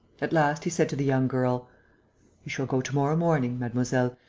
at last, he said to the young girl you shall go to-morrow morning, mademoiselle.